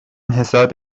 حساب